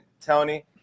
Tony